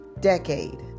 decade